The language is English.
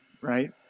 right